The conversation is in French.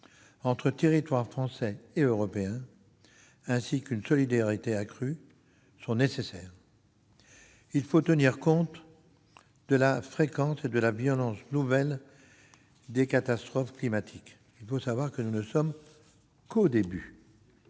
entre territoires français et européens, ainsi qu'une solidarité accrue, sont nécessaires. Il faut tenir compte de la fréquence et de la violence nouvelles des catastrophes climatiques. Nous n'en sommes qu'au début